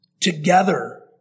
together